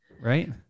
Right